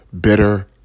bitter